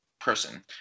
person